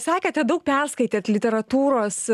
sakėte daug perskaitėt literatūros